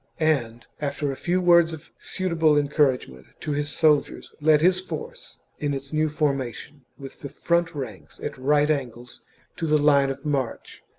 and, after a few words of suitable encouragement to his soldiers, led his force in its new formation, with the front ranks at right angles to the line of march,